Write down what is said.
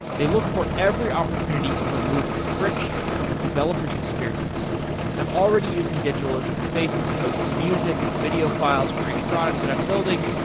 they look for every opportunity to remove friction from a developer s experience i'm already using digitalocean spaces to host music and video files for a product that i'm building,